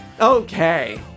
Okay